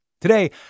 Today